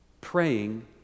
praying